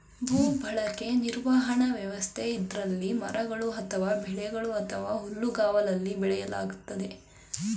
ಭೂಬಳಕೆ ನಿರ್ವಹಣಾ ವ್ಯವಸ್ಥೆ ಇದ್ರಲ್ಲಿ ಮರಗಳು ಅಥವಾ ಬೆಳೆಗಳು ಅಥವಾ ಹುಲ್ಲುಗಾವಲಲ್ಲಿ ಬೆಳೆಯಲಾಗ್ತದೆ